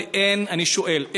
אני שואל,